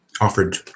offered